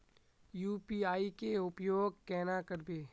UPI के उपयोग केना करबे?